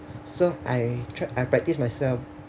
so I tried I practiced myself